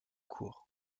cours